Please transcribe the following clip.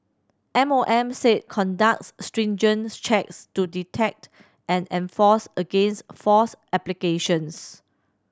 M O M said conducts stringent checks to detect and enforce against false applications